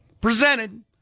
presented